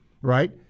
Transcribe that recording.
right